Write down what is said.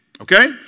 Okay